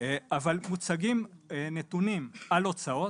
אבל מוצגים נתונים על הוצאות.